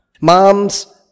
Moms